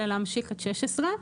אלא להמשיך את (16).